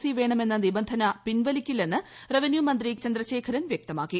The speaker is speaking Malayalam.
സി വേണമെന്ന നിബന്ധന പിൻവലിക്കില്ലെന്ന് റവന്യൂമന്ത്രി ഇ ചന്ദ്രശേഖരൻ വ്യക്തമാക്കി